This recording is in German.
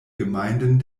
gemeinden